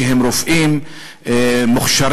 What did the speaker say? שהם רופאים מוכשרים,